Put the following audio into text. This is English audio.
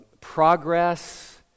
progress